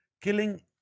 killing